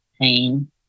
pain